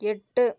எட்டு